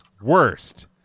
worst